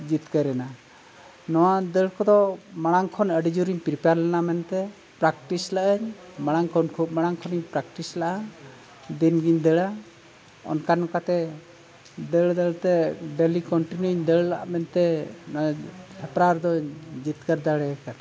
ᱡᱤᱛᱠᱟᱹᱨ ᱮᱱᱟ ᱱᱚᱣᱟ ᱫᱟᱹᱲ ᱠᱚᱫᱚ ᱢᱟᱲᱟᱝ ᱠᱷᱚᱱ ᱟᱹᱰᱤ ᱡᱳᱨᱤᱧ ᱯᱨᱤᱯᱮᱭᱟᱨ ᱞᱮᱱᱟ ᱢᱮᱱᱛᱮ ᱯᱨᱮᱠᱴᱤᱥ ᱞᱟᱜᱼᱟᱹᱧ ᱢᱟᱲᱟᱝ ᱠᱷᱚᱱ ᱠᱷᱩᱵ ᱢᱟᱲᱟᱝ ᱠᱷᱚᱱᱤᱧ ᱯᱨᱮᱠᱴᱤᱥ ᱞᱟᱜᱼᱟ ᱫᱤᱱᱜᱤᱧ ᱫᱟᱹᱲᱟ ᱚᱱᱠᱟ ᱱᱚᱝᱠᱟᱛᱮ ᱫᱟᱹᱲ ᱫᱟᱹᱲᱛᱮ ᱰᱮᱞᱤ ᱠᱚᱱᱴᱤᱱᱤᱭᱩᱧ ᱫᱟᱹᱲ ᱞᱟᱜᱼᱟ ᱢᱮᱱᱛᱮ ᱱᱚᱣᱟ ᱦᱮᱯᱲᱨᱣ ᱨᱮᱫᱚᱧ ᱡᱤᱛᱠᱟᱹᱨ ᱫᱟᱲᱮ ᱟᱠᱟᱫᱟ